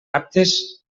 aptes